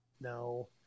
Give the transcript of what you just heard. No